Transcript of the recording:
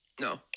No